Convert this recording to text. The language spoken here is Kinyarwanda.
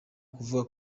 kuvuga